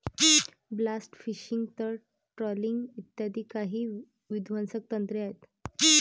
blast fishing, तळ trolling इ काही विध्वंसक तंत्रे आहेत